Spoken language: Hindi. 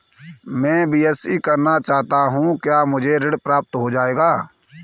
मैं बीएससी करना चाहता हूँ क्या मुझे ऋण प्राप्त हो जाएगा?